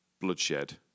bloodshed